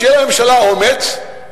שיהיה לממשלה אומץ, הנה,